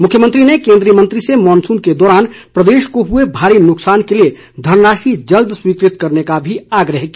मुख्यमंत्री ने केंद्रीय मंत्री से मॉनसून के दौरान प्रदेश को हुए भारी नुकसान के लिए धनराशि जल्द स्वीकृत करने का भी आग्रह किया